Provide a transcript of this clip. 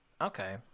okay